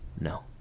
No